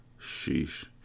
Sheesh